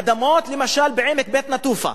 אדמות, למשל, בעמק בית-נטופה,